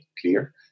clear